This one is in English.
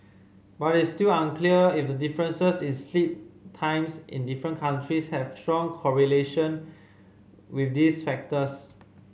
but it's still unclear if the differences in sleep times in different countries have strong correlation with these factors